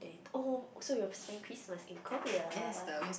twenty oh so you have to spend Christmas in Korea